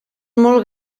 molt